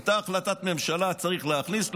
הייתה החלטת ממשלה שצריך להכניס,